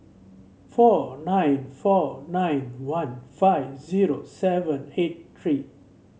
four nine four nine one five zero seven eight three